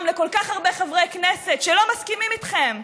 לכל כך הרבה חברי כנסת שלא מסכימים איתכם,